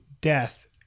death